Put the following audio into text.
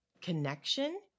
connection